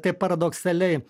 tai paradoksaliai